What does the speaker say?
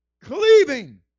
cleaving